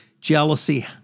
jealousy